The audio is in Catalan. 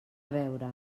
veure